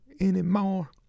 anymore